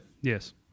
Yes